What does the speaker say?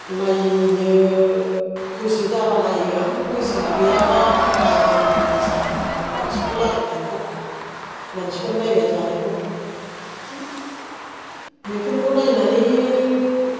नायनो गोसो जाबा नायो आं गोसो गैयाबा नाया आं जोंनि साहा दखानाव मानसिफोर लाबोनायखौ मानसिफोर नायबाय थानायखौ बेफोरखौ नायनानै